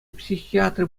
психиатри